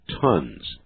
tons